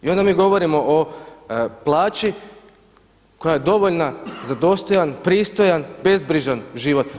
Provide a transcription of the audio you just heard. I onda mi govorimo o plaći koja je dovoljna za dostojan, pristojan, bezbrižan život.